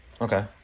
okay